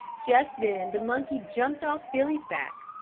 just then the monkey jumped off billy's back,